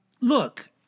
look